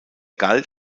galt